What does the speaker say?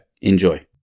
Enjoy